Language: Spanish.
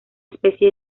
especie